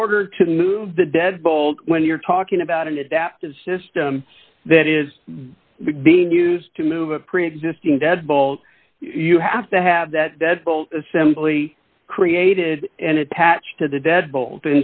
order to move the deadbolt when you're talking about an adaptive system that is being used to move a preexisting deadbolt you have to have that dead bolt assembly created and attached to the dead bo